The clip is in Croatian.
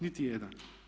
Niti jedan.